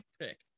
pick